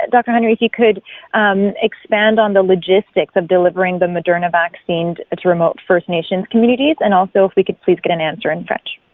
ah dr henry, if you could expand on the logistics of delivering the moderna vaccine to remote first nations communities and also if we could please get an answer in french.